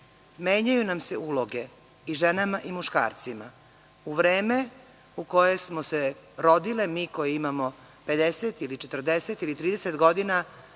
Menjaju nam se uloge i ženama i muškarcima. U vreme u koje smo se rodile, mi koje imamo 50 ili 40 ili 30 godina,